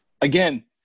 again